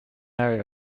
airing